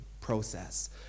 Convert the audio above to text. process